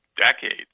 decades